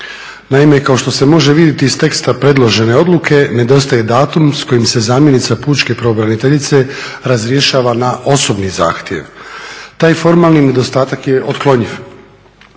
Naime, kao što se može vidjeti iz teksta predložene odluke nedostaje datum s kojim se zamjenica pučke pravobraniteljice razrješava na osobni zahtjev. Taj formalni nedostatak je otklonjiv.